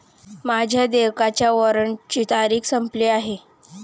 माझ्या देयकाच्या वॉरंटची तारीख संपलेली आहे